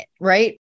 right